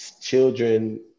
children